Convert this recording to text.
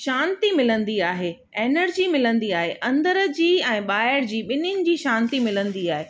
शांती मिलंदी आहे एनर्जी मिलंदी आहे अंदरि जी ऐं ॿाहिरि जी ॿिन्हिनि जी शांती मिलंदी आहे